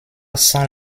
sent